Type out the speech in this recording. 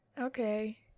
Okay